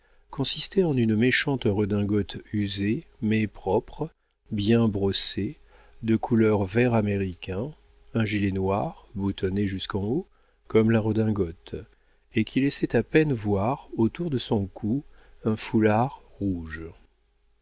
consistait en une méchante redingote usée mais propre bien brossée de couleur vert américain un gilet noir boutonné jusqu'en haut comme la redingote et qui laissait à peine voir autour de son cou un foulard rouge